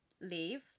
leave